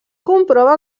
comprova